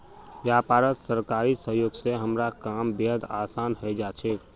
व्यापारत सरकारी सहयोग स हमारा काम बेहद आसान हइ जा छेक